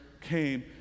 came